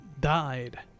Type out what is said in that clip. Died